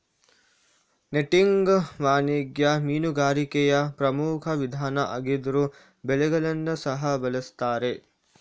netting ವಾಣಿಜ್ಯ ಮೀನುಗಾರಿಕೆಯ ಪ್ರಮುಖ ವಿಧಾನ ಆಗಿದ್ರೂ ಬಲೆಗಳನ್ನ ಸಹ ಬಳಸ್ತಾರೆ